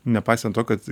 nepaisant to kad